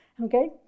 Okay